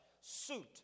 suit